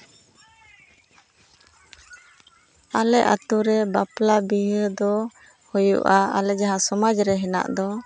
ᱟᱞᱮ ᱟᱛᱳ ᱨᱮ ᱵᱟᱯᱞᱟ ᱵᱤᱦᱟᱹ ᱫᱚ ᱦᱩᱭᱩᱜᱼᱟ ᱟᱞᱮ ᱡᱟᱦᱟᱸ ᱥᱚᱢᱟᱡᱽ ᱨᱮ ᱦᱮᱱᱟᱜ ᱫᱚ